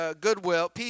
goodwill